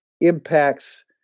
impacts –